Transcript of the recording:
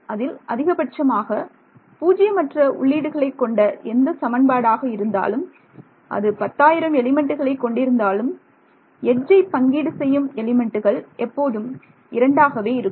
அதில் அதிகபட்சமாக பூஜ்ஜியமற்ற உள்ளீடுகளைக் கொண்ட எந்த சமன்பாடாக இருந்தாலும் அது பத்தாயிரம் எலிமெண்ட்டுகளைக் கொண்டிருந்தாலும் எட்ஜை பங்கீடு செய்யும் எலிமெண்ட்டுகள் எப்போதும் இரண்டாகவே இருக்கும்